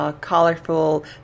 colorful